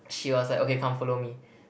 she was like okay come follow me